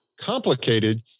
complicated